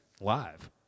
live